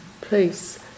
please